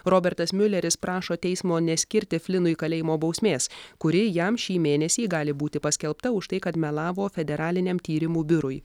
robertas miuleris prašo teismo neskirti finui kalėjimo bausmės kuri jam šį mėnesį gali būti paskelbta už tai kad melavo federaliniam tyrimų biurui